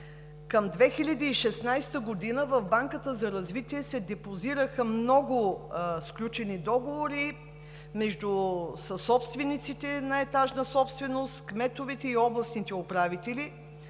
Към 2016 г. в Банката за развитие се депозираха много сключени договори между съсобствениците на етажна собственост, кметовете и областните управители.